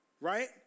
right